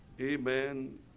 amen